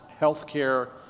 healthcare